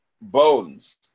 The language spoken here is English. bones